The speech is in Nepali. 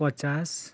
पचास